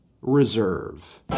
Reserve